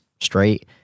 straight